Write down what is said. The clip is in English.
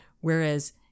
whereas